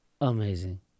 Amazing